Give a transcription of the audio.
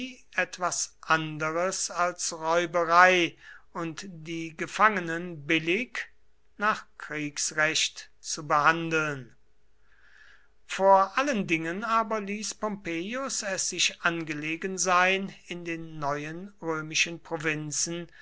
etwas anderes als räuberei und die gefangenen billig nach kriegsrecht zu behandeln vor allen dingen aber ließ pompeius es sich angelegen sein in den neuen römischen provinzen